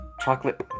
chocolate